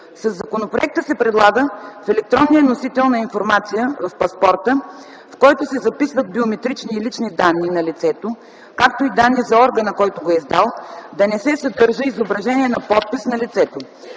Със законопроекта се предлага в електронния носител на информация в паспорта, в който се записват биометрични и лични данни на лицето, както и данни за органа, който го е издал, да не се съдържа изображение на подпис на лицето.